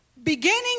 Beginning